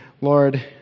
Lord